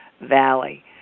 valley